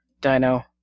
dino